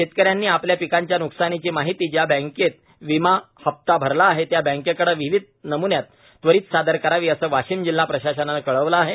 शेतकऱ्यांनी आपल्या पिकाच्या नुकसानाची माहिती ज्या बँकेत विमा हसा भरला आहे त्या बँकेकडे विहित नमुन्यात त्वरीत सादर करावी असं वाशिम जिल्हा प्रशासनानं कळविलं आहे